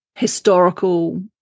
historical